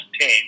team